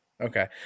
Okay